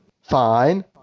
fine